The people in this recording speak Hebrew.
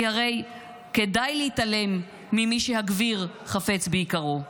כי הרי כדאי להתעלם ממי שהגביר חפץ ביקרו.